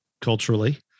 culturally